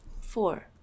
Four